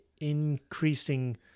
increasing